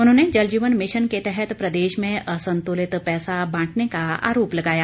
उन्होंने जलजीवन मिशन के तहत प्रदेश में असंतुलित पैसा बांटने का आरोप लगाया